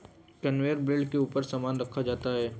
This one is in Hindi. कनवेयर बेल्ट के ऊपर सामान रखा जाता है